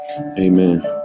Amen